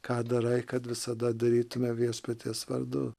ką darai kad visada darytume viešpaties vardu